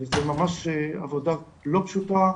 וזה ממש עבודה לא פשוטה,